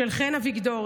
של חן אביגדורי,